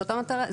זאת המטרה?